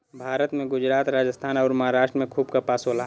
भारत में गुजरात, राजस्थान अउर, महाराष्ट्र में खूब कपास होला